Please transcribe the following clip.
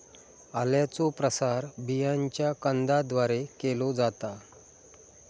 आल्याचो प्रसार बियांच्या कंदाद्वारे केलो जाता